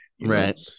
right